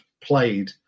played